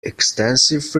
extensive